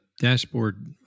dashboard